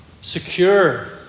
Secure